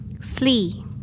Flee